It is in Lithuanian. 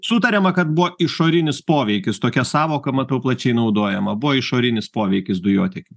sutariama kad buvo išorinis poveikis tokia sąvoka matau plačiai naudojama buvo išorinis poveikis dujotiekių